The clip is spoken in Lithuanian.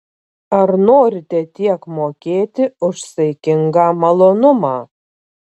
ar norite tiek mokėti už saikingą malonumą